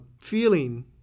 feeling